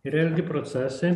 yra ilgi procesai